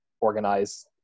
organize